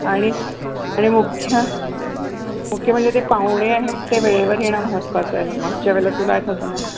आणि आणि मुख्य मुख्य म्हणजे ते पाहुणे आहेत ते वेळेवर येणं महत्वाचं आहे मागच्या वेळला तुला आठवतं ना